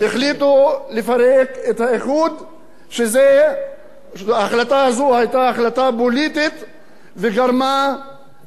כשההחלטה הזו היתה החלטה פוליטית וגרמה לסבל של התושבים.